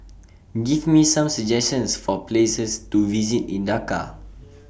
Give Me Some suggestions For Places to visit in Dakar